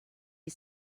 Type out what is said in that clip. you